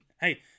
hey